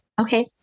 Okay